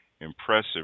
impressive